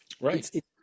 Right